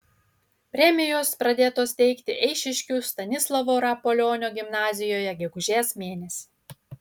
premijos pradėtos teikti eišiškių stanislovo rapolionio gimnazijoje gegužės mėnesį